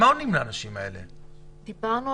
קודם כול,